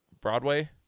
broadway